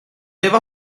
efo